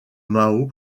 mao